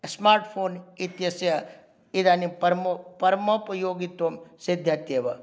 smart phone इत्यस्य इदानीं परमो परमोपयोगित्वं सिद्ध्यति एव